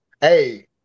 Hey